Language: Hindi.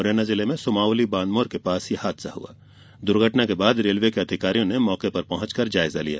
मुरैना जिले में सुमावली बानमोर के पास ये हादसा हुआ ा दूर्घटना के बाद रेलवे के अधिकारियों ने मौके पर पहुँचकर जायजा लिया